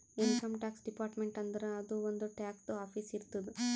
income tax department ಅಂದುರ್ ಅದೂ ಒಂದ್ ಟ್ಯಾಕ್ಸದು ಆಫೀಸ್ ಇರ್ತುದ್